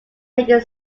ringing